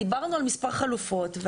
דיברנו על מספר חלופות.